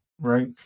Right